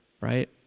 right